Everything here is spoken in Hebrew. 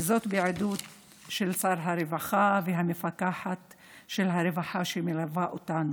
בעידוד של שר הרווחה והמפקחת של הרווחה שמלווה אותנו.